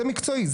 זה מקצועי.